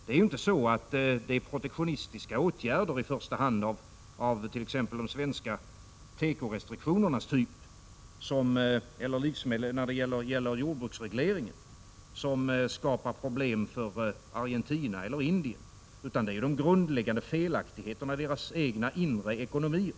Det är inte protektionistiska åtgärder i första hand, av t.ex. de svenska tekorestriktionernas eller den svenska jordbruksregleringens typ, som skapar problem för Argentina eller Indien, utan det är de grundläggande felaktigheterna i dessa länders egna inre ekonomier.